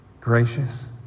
gracious